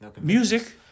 Music